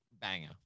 banger